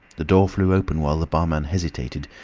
the door flew open while the barman hesitated,